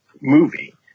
movie